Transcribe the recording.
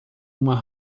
uma